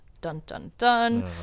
dun-dun-dun